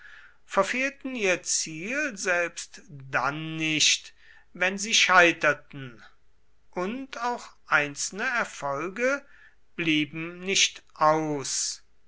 verfehlten ihr ziel selbst dann nicht wenn sie scheiterten und auch einzelne erfolge blieben nicht aus